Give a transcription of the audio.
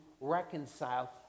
reconcile